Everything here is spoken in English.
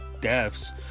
deaths